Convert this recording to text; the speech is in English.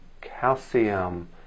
calcium